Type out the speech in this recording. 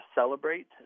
celebrate